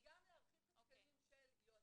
אבל גם להרחיב את התקנים של יועצים,